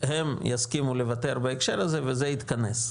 והם יסכימו לוותר בהקשר הזה וזה יתכנס.